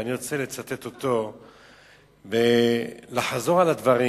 ואני רוצה לצטט אותו ולחזור על הדברים.